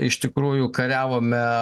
iš tikrųjų kariavome